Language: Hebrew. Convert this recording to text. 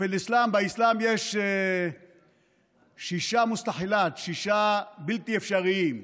באסלאם יש שישה מסתחלאת, שישה בלתי אפשריים.